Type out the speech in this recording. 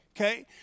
Okay